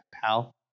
pal